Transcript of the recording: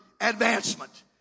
advancement